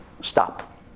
stop